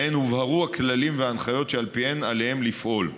שבהן הובהרו הכללים וההנחיות שעל פיהם עליהם לפעול.